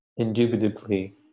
indubitably